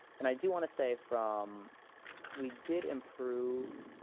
and i do want to say from we did improve